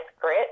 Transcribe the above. grit